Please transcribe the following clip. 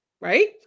right